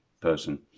person